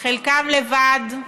חלקם לבד,